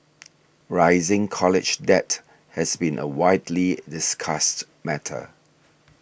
rising college debt has been a widely discussed matter